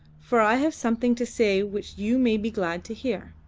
for i have something to say which you may be glad to hear.